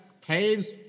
Caves